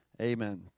Amen